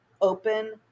open